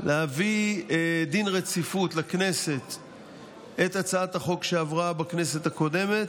להביא לכנסת בדין רציפות את הצעת החוק שעברה בכנסת הקודמת,